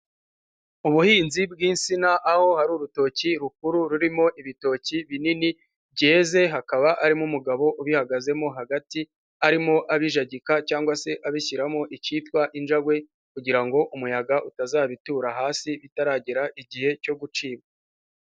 Ubuhinzi bw'insina aho hari urutoki rukuru rurimo ibitoki binini byeze, hakaba harimo umugabo ubihagazemo hagati, arimo abijagika cyangwa se abishyiramo icyitwa injangwe kugira ngo umuyaga utazabitura hasi bitaragera igihe cyo gucibwa.